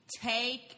take